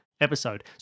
episode